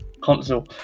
console